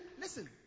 Listen